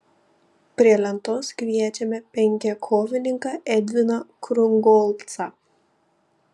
prie lentos kviečiame penkiakovininką edviną krungolcą